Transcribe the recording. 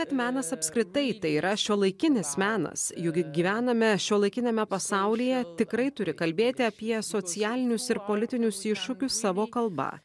bet menas apskritai tai yra šiuolaikinis menas juk gyvename šiuolaikiniame pasaulyje tikrai turi kalbėti apie socialinius ir politinius iššūkius savo kalba